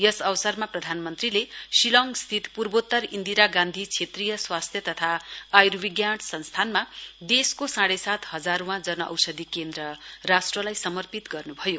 यस अवसरमा प्रधानमन्त्रीले शिलङस्थित पूर्वोत्तर इन्दिरा गान्धी क्षेत्रीय स्वास्थ्य तथा आयुर्विज्ञान संस्थानमा देशको साढ्ने सात हजार वाँ जनऔषधी केन्द्र राष्ट्रलाई समर्पित गर्नुभयो